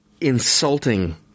insulting